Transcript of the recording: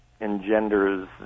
engenders